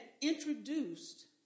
introduced